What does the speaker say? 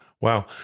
wow